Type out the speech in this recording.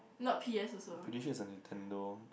not p_s also